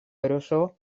eroso